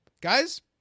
guys